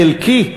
חלקי,